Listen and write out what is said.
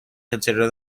consider